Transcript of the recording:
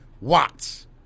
Watts